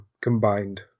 combined